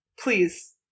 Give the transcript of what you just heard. Please